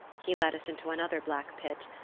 he led us into another black pit.